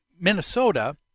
Minnesota